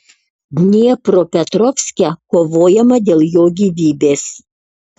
dniepropetrovske kovojama dėl jo gyvybės